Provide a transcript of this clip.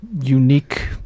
unique